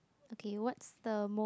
okay what's the most